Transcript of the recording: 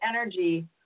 energy